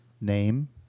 name